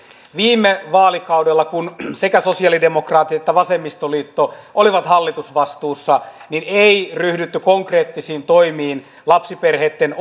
viime vaalikaudella kun sekä sosialidemokraatit että vasemmistoliitto olivat hallitusvastuussa ei ryhdytty konkreettisiin toimiin lapsiperheitten